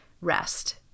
rest